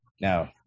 no